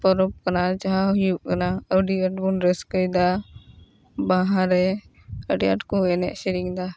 ᱯᱚᱨᱚᱵᱽ ᱠᱟᱱᱟ ᱡᱟᱦᱟᱸ ᱦᱩᱭᱩᱜ ᱠᱟᱱᱟ ᱟᱹᱰᱤ ᱟᱸᱴ ᱵᱚᱱ ᱨᱟᱹᱠᱟᱹᱭᱮᱫᱟ ᱵᱟᱦᱟ ᱨᱮ ᱟᱹᱰᱤ ᱟᱸᱴ ᱠᱚ ᱮᱱᱮᱡ ᱥᱮᱨᱮᱧ ᱮᱫᱟ